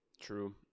True